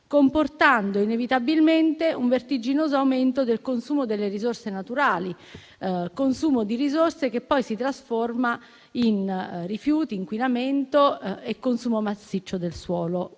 comportando inevitabilmente un vertiginoso aumento del consumo delle risorse naturali, che poi si trasforma in rifiuti, inquinamento e consumo massiccio del suolo,